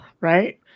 right